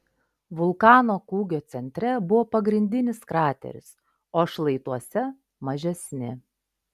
vulkano kūgio centre buvo pagrindinis krateris o šlaituose mažesni